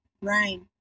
Right